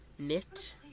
Knit